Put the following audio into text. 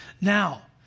Now